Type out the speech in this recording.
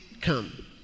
come